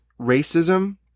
racism